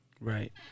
right